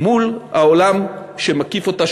מול העולם שמקיף אותה,